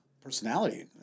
personality